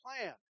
plan